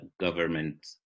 government